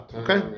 okay